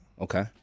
Okay